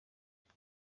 hacu